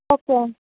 okay